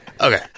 Okay